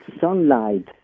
sunlight